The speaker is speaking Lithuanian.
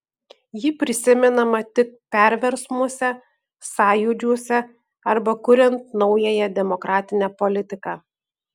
ji prisimenama tik perversmuose sąjūdžiuose arba kuriant naująją demokratinę politiką